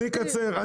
אני אקצר.